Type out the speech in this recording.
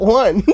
one